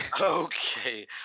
Okay